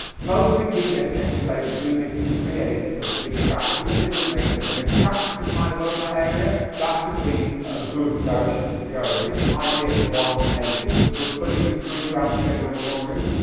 most big djs tend to play with remixes and re-edits of big tracks, even if they didn't make them and if traktor can kind of own that area, that could be a good direction for it to go and in this idea of one native, of but pulling the three brands together under one roof,